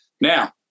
Now